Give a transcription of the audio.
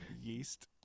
yeast